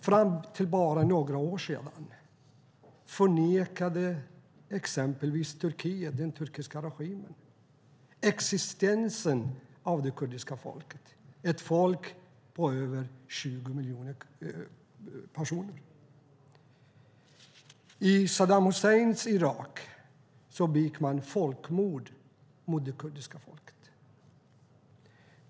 Fram till för bara några år sedan förnekade exempelvis den turkiska regimen existensen av det kurdiska folket, ett folk på över 20 miljoner personer. I Saddam Husseins Irak begick man folkmord mot det kurdiska folket.